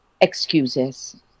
excuses